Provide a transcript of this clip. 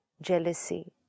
Jealousy